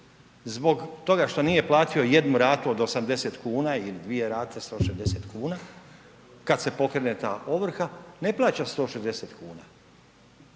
zbog toga što nije platio jednu ratu od 80 kuna ili dvije rate 160 kuna kada se pokrene ta ovrha ne plaća 160 kuna,